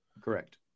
Correct